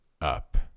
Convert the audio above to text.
up